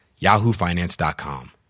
yahoofinance.com